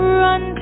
run